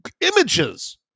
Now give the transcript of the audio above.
images